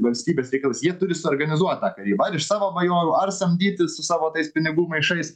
valstybės reikalas jie turi suorganizuot tą karybą ar iš savo bajorų ar samdytis su savo tais pinigų maišais